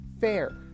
fair